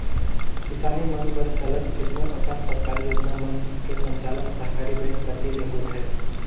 किसानी मन बर चलत केतनो अकन सरकारी योजना मन के संचालन सहकारी बेंक कति ले होथे